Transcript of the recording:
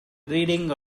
reading